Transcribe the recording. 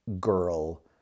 girl